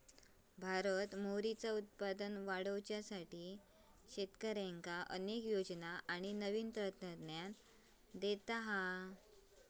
भारत मोहरीचा उत्पादन वाढवुसाठी शेतकऱ्यांका अनेक योजना आणि नवीन तंत्रज्ञान देता हा